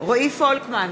רועי פולקמן,